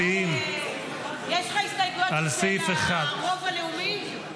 מצביעים על סעיף 1 -- יש לך הסתייגות של הרוב הלאומי?